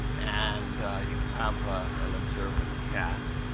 and you have an observant cat.